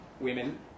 women